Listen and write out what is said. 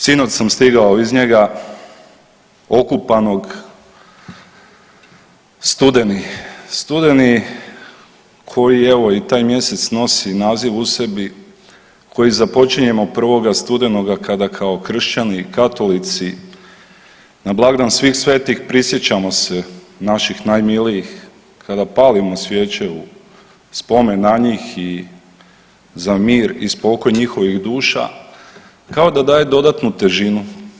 Sinoć sam stigao iz njega okupanog, studeni, studeni koji evo i taj mjesec nosi naziv u sebi koji započinjemo 1. studenoga kada kao kršćani i katolici na blagdan Svih svetih prisjećamo se naših najmilijih, kada palimo svijeće u spomen na njih i za mir i spokoj njihovih duša, kao da daje dodatnu težinu.